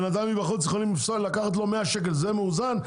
בן אדם מבחוץ יכולים לקחת לו 100 שקל, זה מאוזן?